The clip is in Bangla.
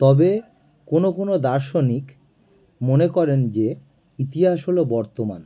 তবে কোনো কোনো দার্শনিক মনে করেন যে ইতিহাস হলো বর্তমান